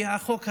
כי החוק הזה,